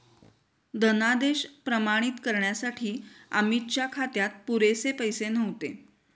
धनादेश प्रमाणित करण्यासाठी अमितच्या खात्यात पुरेसे पैसे नव्हते